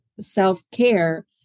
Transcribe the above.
Self-Care